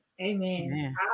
Amen